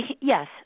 yes